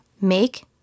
make